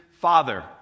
Father